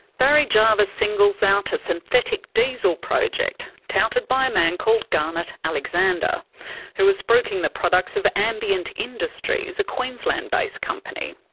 barry jarvis singles out a synthetic diesel project touted by a man called garnet alexander who was spruiking the products of ambient industries, a queensland based company.